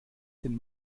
den